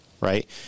right